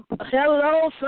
Hello